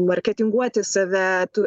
marketinguoti save tu